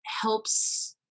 helps